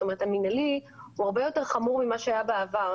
המינהלי הוא הרבה יותר חמור ממה שהיה בעבר.